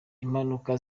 impanuka